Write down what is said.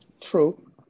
True